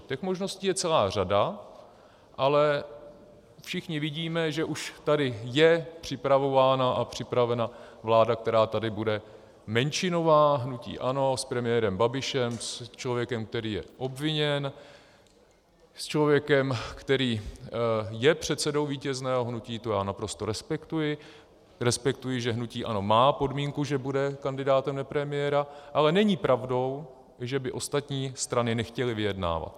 Těch možností je celá řada, ale všichni vidíme, že už tady je připravována a připravena vláda, která tady bude menšinová, hnutí ANO s premiérem Babišem, s člověkem, který je obviněn, s člověkem, který je předsedou vítězného hnutí, to naprosto respektuji, respektuji, že hnutí ANO má podmínku, že bude kandidátem na premiéra, ale není pravdou, že by ostatní strany nechtěly vyjednávat.